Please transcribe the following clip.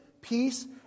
peace